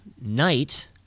night